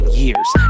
years